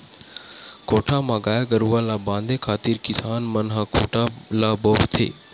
कोठा म गाय गरुवा ल बांधे खातिर किसान मन ह खूटा ल बउरथे